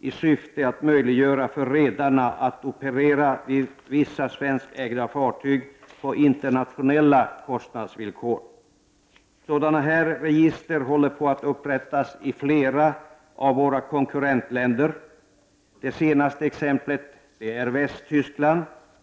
i syfte att möjliggöra för redarna att operera vissa svenskägda fartyg på internationella kostnadsvillkor. Sådana register håller på att upprättas i flera av våra konkurrentländer. Det senaste exemplet är Västtyskland.